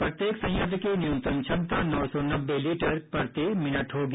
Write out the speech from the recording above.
प्रत्येक संयंत्र की न्यूनतम क्षमता नौ सौ नब्बे लीटर प्रति मिनट होगी